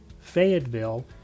Fayetteville